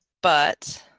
but